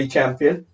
Champion